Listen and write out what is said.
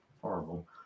horrible